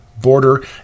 border